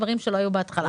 דברים שלא היו בהתחלה.